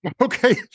Okay